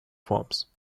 forms